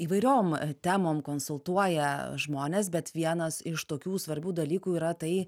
įvairiom temom konsultuoja žmones bet vienas iš tokių svarbių dalykų yra tai